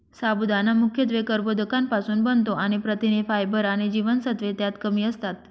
साबुदाणा मुख्यत्वे कर्बोदकांपासुन बनतो आणि प्रथिने, फायबर आणि जीवनसत्त्वे त्यात कमी असतात